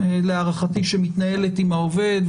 שמתנהלת עם העובד,